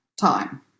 time